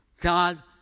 God